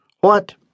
What